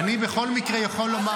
אני בכל מקרה יכול לומר